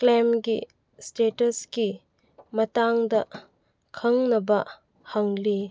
ꯀ꯭ꯂꯦꯝꯒꯤ ꯏꯁꯇꯦꯇꯁꯀꯤ ꯃꯇꯥꯡꯗ ꯈꯪꯅꯕ ꯍꯪꯂꯤ